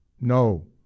No